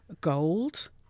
gold